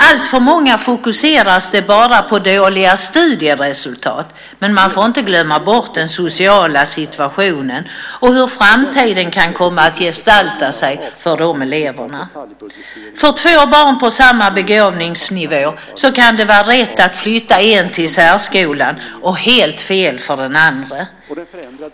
Alltför ofta fokuseras det bara på dåliga studieresultat, men man får inte glömma bort den sociala situationen och hur framtiden kan komma att gestalta sig för de eleverna. För två barn på samma begåvningsnivå kan det vara rätt att flytta till särskolan för det ena och helt fel för det andra.